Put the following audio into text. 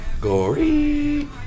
Gory